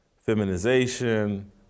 feminization